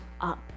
up